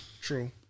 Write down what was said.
True